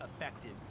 effective